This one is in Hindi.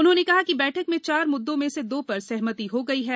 उन्होंने कहा कि बैठक में चार मुद्दों में से दो पर सहमित हो गई है